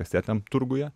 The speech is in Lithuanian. kasetėm turguje